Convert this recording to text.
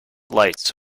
lights